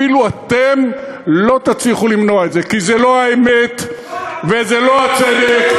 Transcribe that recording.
אפילו אתם לא תצליחו למנוע את זה כי זה לא האמת וזה לא הצדק.